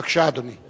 בבקשה, אדוני.